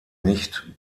nicht